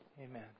Amen